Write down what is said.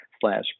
slash